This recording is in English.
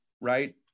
right